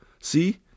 See